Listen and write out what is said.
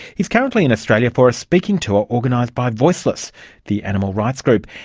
he is currently in australia for a speaking tour organised by voiceless the animal rights group.